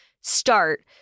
start